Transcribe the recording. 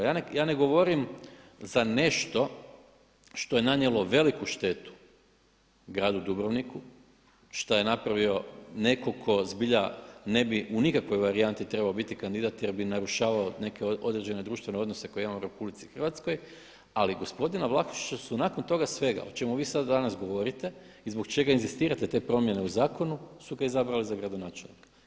Ja ne govorim za nešto što je nanijelo veliku štetu gradu Dubrovniku, što je napravio netko tko zbilja ne bi u nikakvoj varijanti trebao biti kandidat jer bi narušavao neke određene društvene odnose koje imamo u RH ali gospodina Vlahušića su nakon toga svega o čemu vi sad danas govorite i zbog čega inzistirate te promjene u zakonu su ga izabrali za gradonačelnika.